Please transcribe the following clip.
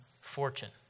fortune